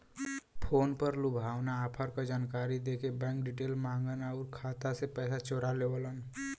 phone पर लुभावना offer क जानकारी देके बैंक डिटेल माँगन आउर खाता से पैसा चोरा लेवलन